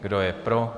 Kdo je pro?